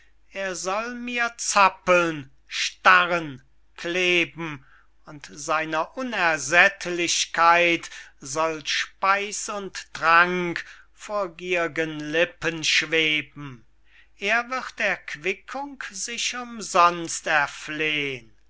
er soll mir zappeln starren kleben und seiner unersättlichkeit soll speis und trank vor gier'gen lippen schweben er wird erquickung sich umsonst erflehn